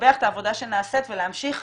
העבודה שנעשית ולהמשיך